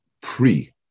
pre